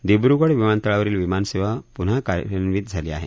दिब्र्गड विमानतळावरील विमानसेवा पुन्हा कार्यान्वित झाली आहे